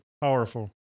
powerful